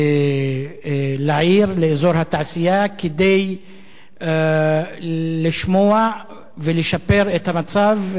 בעיר, באזור התעשייה, כדי לשמוע ולשפר את המצב.